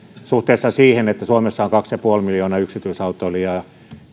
suhteessa siihen että suomessa on kaksi pilkku viisi miljoonaa yksityisautoilijaa